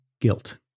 guilt